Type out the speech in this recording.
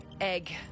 Egg